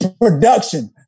Production